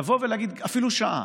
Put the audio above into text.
לבוא ולהגיד, אפילו שעה,